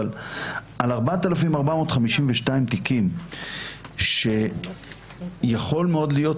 אבל על 4,452 תיקים שיכול מאוד להיות,